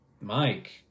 Mike